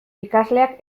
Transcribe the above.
ikasleak